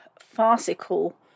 farcical